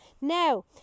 now